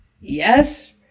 Yes